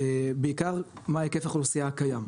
בעיקר, מה היקף האוכלוסייה הקיים,